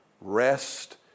rest